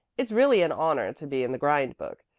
it's really an honor to be in the grind-book,